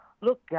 Look